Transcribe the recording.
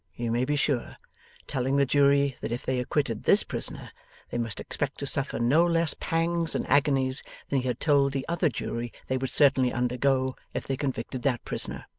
you may be sure telling the jury that if they acquitted this prisoner they must expect to suffer no less pangs and agonies than he had told the other jury they would certainly undergo if they convicted that prisoner.